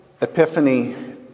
Epiphany